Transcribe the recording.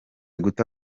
guta